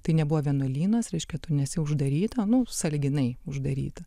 tai nebuvo vienuolynas reiškia tu nesi uždaryta nu sąlyginai uždaryta